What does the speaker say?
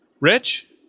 Rich